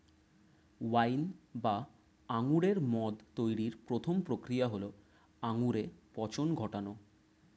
wine বা আঙুরের মদ তৈরির প্রথম প্রক্রিয়া হল আঙুরে পচন ঘটানো